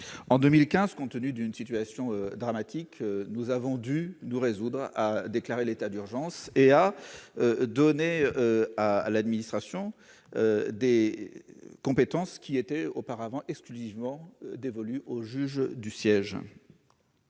En 2015, compte tenu d'une situation dramatique, nous avons dû nous résoudre à déclarer l'état d'urgence et à donner à l'administration des compétences auparavant dévolues au seul juge du siège.